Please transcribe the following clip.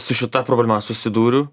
su šita problema susidūriu